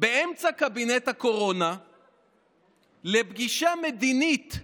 באמצע קבינט הקורונה לפגישה מדינית,